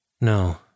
No